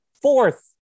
Fourth